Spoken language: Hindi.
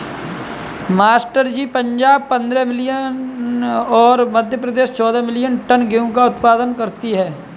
मास्टर जी पंजाब पंद्रह मिलियन और मध्य प्रदेश चौदह मिलीयन टन गेहूं का उत्पादन करती है